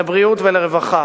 לבריאות ולרווחה.